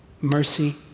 mercy